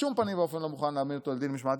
בשום פנים ואופן אני לא מוכן להעמיד אותו לדין משמעתי,